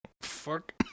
Fuck